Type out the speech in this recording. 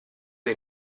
dei